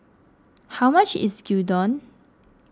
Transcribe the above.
how much is Gyudon